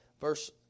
Verse